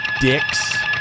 dicks